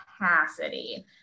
capacity